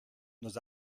nos